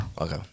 Okay